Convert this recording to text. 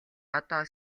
одоо